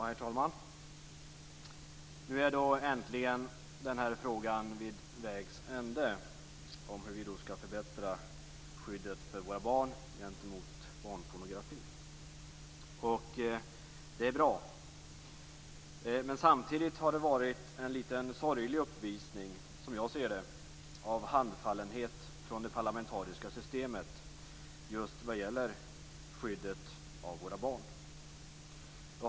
Herr talman! Nu är äntligen frågan om hur vi kan förbättra skyddet för våra barn mot barnpornografi vid vägs ände, och det är bra. Men samtidigt har det varit en litet sorglig uppvisning, som jag ser det, av handfallenhet från det parlamentariska systemets sida just vad gäller skyddet av våra barn.